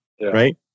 right